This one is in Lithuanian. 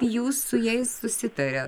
jūs su jais susitaria